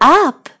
up